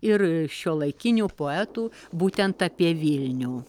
ir šiuolaikinių poetų būtent apie vilnių